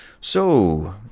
So